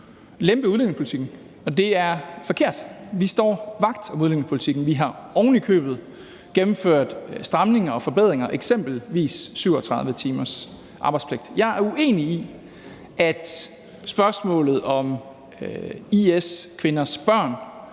lempe udlændingepolitikken, og det er forkert. Vi står vagt om udlændingepolitikken. Vi har ovenikøbet gennemført stramninger og forbedringer, eksempelvis 37 timers arbejdspligt. Jeg er uenig i, at spørgsmålet om IS-kvinders børn